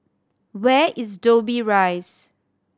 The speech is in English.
where is Dobbie Rise